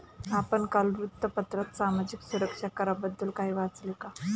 आपण काल वृत्तपत्रात सामाजिक सुरक्षा कराबद्दल काही वाचले का?